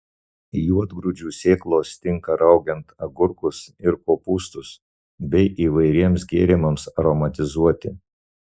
juodgrūdžių sėklos tinka raugiant agurkus ir kopūstus bei įvairiems gėrimams aromatizuoti